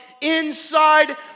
inside